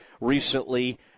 recently